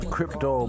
Crypto